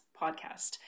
podcast